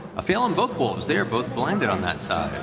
a fail on both wolves. they are both blinded on that side.